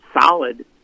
solid